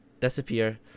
disappear